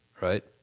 right